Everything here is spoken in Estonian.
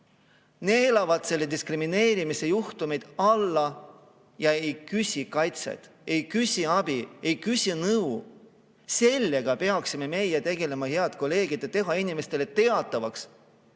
Nad neelavad need diskrimineerimisjuhtumid alla ja ei küsi kaitset, ei küsi abi, ei küsi nõu. Sellega peaksime meie tegelema, head kolleegid, et teha inimestele teatavaks,